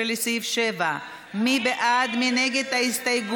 15, לסעיף 7. מי בעד ומי נגד ההסתייגות?